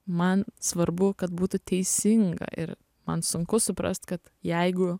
man svarbu kad būtų teisinga ir man sunku suprast kad jeigu